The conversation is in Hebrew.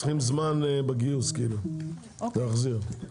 צריכים זמן בגיוס, להחזיר.